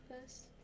first